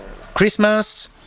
Christmas